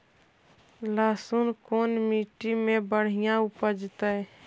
लहसुन कोन मट्टी मे बढ़िया उपजतै?